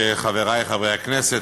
חברי חברי הכנסת,